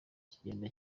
kigenda